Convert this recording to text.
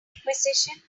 acquisition